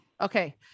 Okay